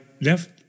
left